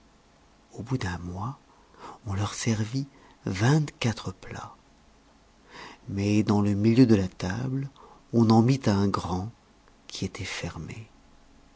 au bout d'un mois on leur servit vingt-quatre plats mais dans le milieu de la table on en mit un grand qui était fermé